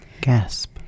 Gasp